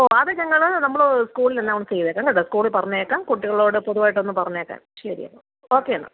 ഓ അത് ഞങ്ങൾ നമ്മൾ സ്കൂളിൽ അനൗൺസ് ചെയ്തേക്കാം കേട്ടോ സ്കൂളിൽ പറഞ്ഞേക്കാം കുട്ടികളോട് പൊതുവായിട്ടൊന്ന് പറഞ്ഞേക്കാൻ ശരിയെന്നാൽ ഓക്കെയെന്നാൽ